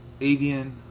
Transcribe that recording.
avian